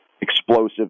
explosive